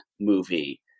movie